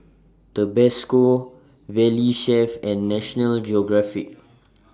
Tabasco Valley Chef and National Geographic